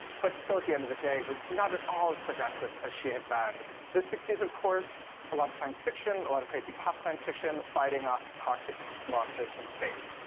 but still at the end of the day was not at all as progressive as she had been. the sixty s, of course, a lot of science fiction, a lot of crazy pop science fiction, fighting off toxic monsters from space.